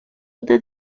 una